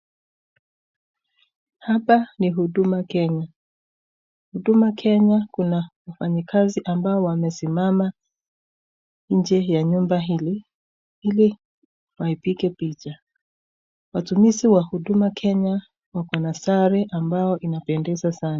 Hapa ni huduma Kenya, huduma Kenya kuna watu ambao wamesimama nje ya nyumba hili, ili waipige picha. Watumizi wa huduma Kenya wako na sare ambazo inapendeza sana.